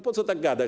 Po co tak gadać?